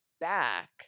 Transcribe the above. back